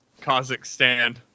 Kazakhstan